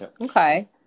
Okay